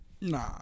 Nah